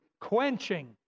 quenching